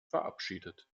verabschiedet